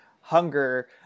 hunger